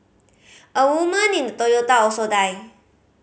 a woman in the Toyota also died